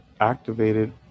activated